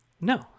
No